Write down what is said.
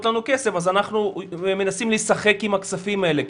לנו כסף אז אנחנו מנסים לשחק עם הכספים האלה,